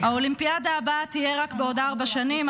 האולימפיאדה הבאה תהיה רק בעוד ארבע שנים,